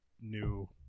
new